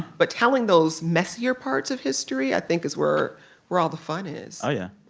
but telling those messier parts of history i think is where where all the fun is oh, yeah.